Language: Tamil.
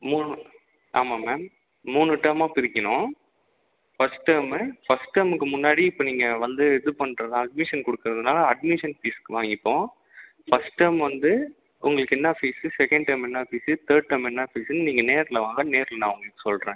மூணு ஆமாம் மேம் மூணு டேர்மாக பிரிக்கணும் ஃபஸ்ட் டேர்மு ஃபஸ்ட் டேர்முக்கு முன்னாடி இப்போ நீங்கள் வந்து இது பண்ணுறதா அட்மிஷன் கொடுக்குறதுன்னா அட்மிஷன் ஃபீஸ் வாங்கிப்போம் ஃபஸ்ட் டேர்ம் வந்து உங்களுக்கு என்ன ஃபீஸ்ஸு செகன்ட் டேர்ம் என்னா ஃபீஸ்ஸு தேர்ட் டேர்ம் என்ன ஃபீஸ்ஸுன்னு நீங்கள் நேரில் வாங்க நேரில் நான் உங்களுக்குச் சொல்கிறேன்